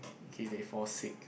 in case they fall sick